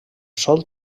sol